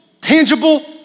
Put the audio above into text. tangible